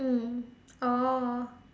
mm oh